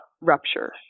rupture